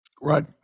Right